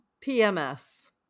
PMS